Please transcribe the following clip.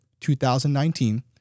2019